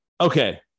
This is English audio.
okay